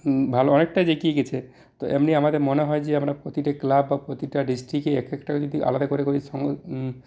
ভালো অনেকটাই এগিয়ে গেছে তো এমনি আমাদের মনে হয় যে আমরা প্রতিটা ক্লাব বা প্রতিটা ডিস্ট্রিকটে এক একটা যদি আলাদা করে করে সময়